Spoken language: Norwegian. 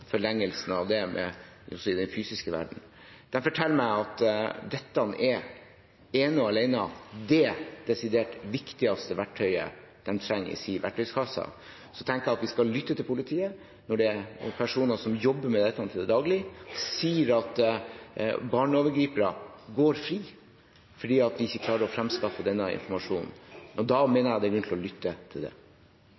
forlengelsen av det i den fysiske verdenen. De forteller meg at dette er ene og alene det desidert viktigste verktøyet de trenger i sin verktøykasse. Jeg tenker at vi skal lytte til politiet. Når personer som jobber med dette til daglig, sier at barneovergripere går fri fordi de ikke klarer å framskaffe denne informasjonen, mener jeg det er grunn til å lytte til det. Jeg vil takke statsråden for et godt innlegg og